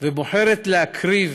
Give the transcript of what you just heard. ובוחרת להקריב